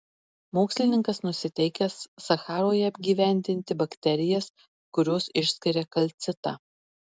mokslininkas nusiteikęs sacharoje apgyvendinti bakterijas kurios išskiria kalcitą